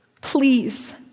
Please